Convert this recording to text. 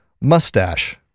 mustache